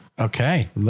Okay